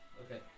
Okay